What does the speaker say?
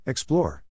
Explore